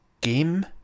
game